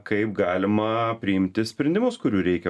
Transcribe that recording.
kaip galima priimti sprendimus kurių reikia